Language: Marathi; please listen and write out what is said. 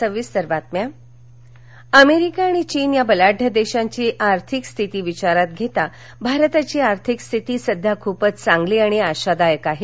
सीतारामन अमेरिका आणि चीन या बलाढय देशांची आर्थिक स्थिती विचारात घेता भारताची आर्थिक स्थिती सध्या खूपच चांगली आणि आशादायक आहे